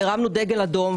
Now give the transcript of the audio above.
הרמנו דגל אדום,